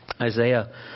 Isaiah